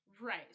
Right